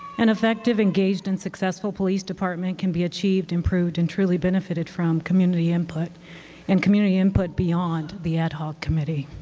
an effective engaged and successful police department can be achieved improved and truly benefited from community input and community input beyond the ad hoc committee.